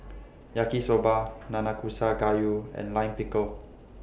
Yaki Soba Nanakusa Gayu and Lime Pickle